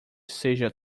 seja